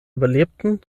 überlebten